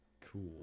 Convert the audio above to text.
cool